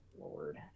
Lord